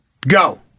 Go